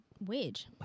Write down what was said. wage